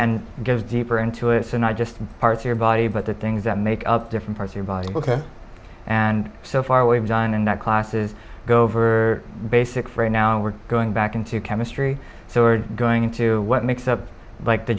and gives deeper into it and i just parts your body but the things that make up different parts your body ok and so far we've done and that classes go over basics right now we're going back into chemistry so we're going into what makes up like the